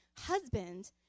husband